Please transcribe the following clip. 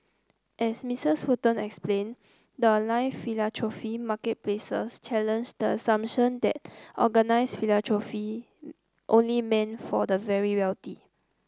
as Mistress Fulton explain the line philanthropy marketplaces challenge the assumption that organised philanthropy only meant for the very wealthy